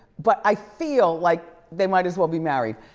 but i feel like they might as well be married.